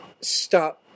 stop